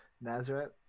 Nazareth